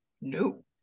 no